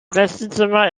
gästezimmer